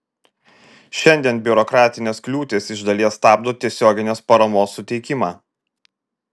šiandien biurokratinės kliūtys iš dalies stabdo tiesioginės paramos suteikimą